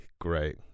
great